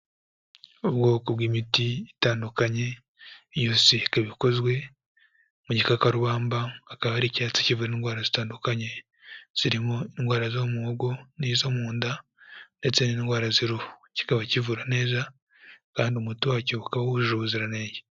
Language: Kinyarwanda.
Ubwoko bw'imiti itandukanye yose ikaba ikozwe mu gikakarubambaba, akaba ari icyatsi kivura indwara zitandukanye, zirimo indwara zo muhogo n'izo mu nda ndetse n'indwara z'uhuru, kikaba kivura neza kandi umuti wa cyo ukaba wujuje ubuziranenge.